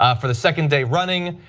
ah for the second day running,